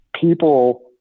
people